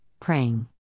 praying